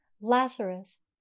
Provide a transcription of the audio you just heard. Lazarus